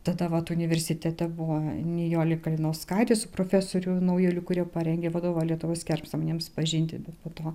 tada vat universitete buvo nijolė kalinauskaitė su profesorių naujaliu kurie parengė vadovą lietuvos kerpsamanėms pažinti bet po to